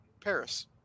Paris